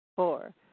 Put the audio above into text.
Four